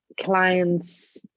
clients